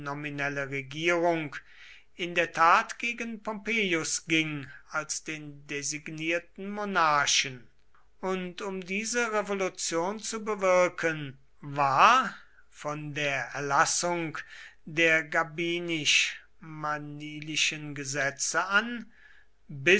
nominelle regierung in der tat gegen pompeius ging als den designierten monarchen und um diese revolution zu bewirken war von der erlassung der gabinisch manilischen gesetze an